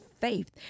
faith